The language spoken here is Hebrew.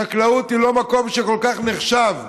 חקלאות היא לא מקום שכל כך נחשב.